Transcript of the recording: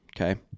Okay